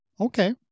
Okay